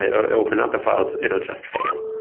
or open other files, it will just fail.